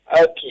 Okay